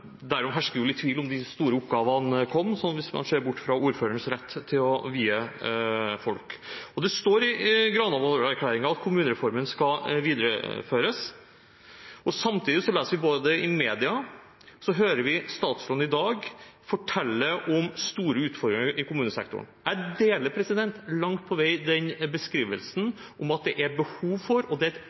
hersker jo litt tvil om de store oppgavene kom, hvis man ser bort fra ordførerens rett til å vie folk. Det står i Granavolden-erklæringen at kommunereformen skal videreføres. Samtidig leser vi i media og hører statsråden i dag fortelle om store utfordringer i kommunesektoren. Jeg deler langt på vei beskrivelsen om at det er behov for – og et økende behov for – mer kompetanse, det